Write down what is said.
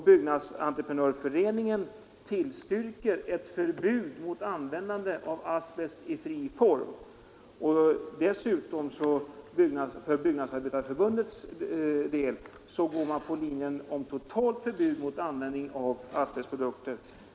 Byggnadsentreprenörföreningen tillstyrker ett förbud mot användande av asbest i fri form, och Byggnadsarbetareförbundet går på linjen totalt förbud mot användande av asbestprodukter.